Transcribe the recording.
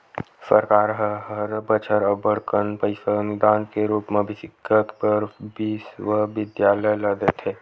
सरकार ह हर बछर अब्बड़ कन पइसा अनुदान के रुप म सिक्छा बर बिस्वबिद्यालय ल देथे